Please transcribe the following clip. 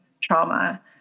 trauma